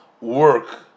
work